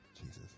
Jesus